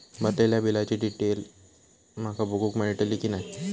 भरलेल्या बिलाची डिटेल माका बघूक मेलटली की नाय?